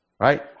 Right